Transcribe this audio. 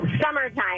Summertime